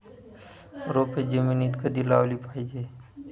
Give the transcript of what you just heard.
रोपे जमिनीत कधी लावली पाहिजे?